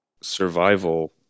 survival